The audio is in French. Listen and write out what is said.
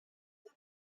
deux